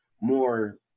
more